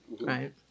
right